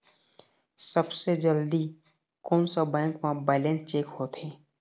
सबसे जल्दी कोन सा बैंक म बैलेंस चेक होथे?